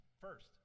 First